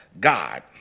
God